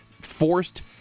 forced